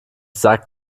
sagt